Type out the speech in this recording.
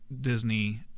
Disney